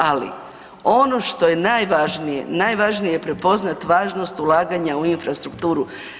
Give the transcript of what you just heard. Ali ono što je najvažnije, najvažnije je prepoznati važnost ulaganja u infrastrukturu.